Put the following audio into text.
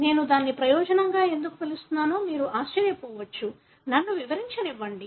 నేను దానిని ప్రయోజనంగా ఎందుకు పిలుస్తున్నానో మీరు ఆశ్చర్యపోవచ్చు నన్ను వివరించనివ్వండి